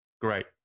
great